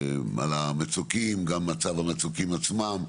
על המצוקים, גם מצב המצוקים עצמם,